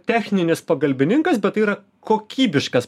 techninis pagalbininkas bet tai yra kokybiškas